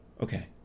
Okay